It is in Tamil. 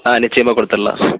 ஆ நிச்சயமாக கொடுத்துர்லாம்